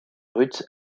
brutes